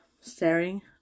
staring